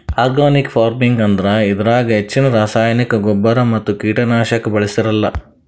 organic farming ಅಂದ್ರ ಇದ್ರಾಗ್ ಹೆಚ್ಚಿನ್ ರಾಸಾಯನಿಕ್ ಗೊಬ್ಬರ್ ಮತ್ತ್ ಕೀಟನಾಶಕ್ ಬಳ್ಸಿರಲ್ಲಾ